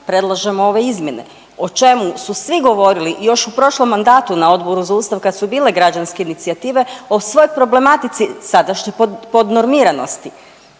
predlažemo ove izmjene o čemu su svi govorili još u prošlom mandatu na Odboru za Ustav kad su bile građanske inicijative o svoj problematici sadašnje podnormiranosti.